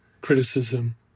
criticism